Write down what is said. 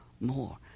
more